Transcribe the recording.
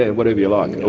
ah whatever you like', or?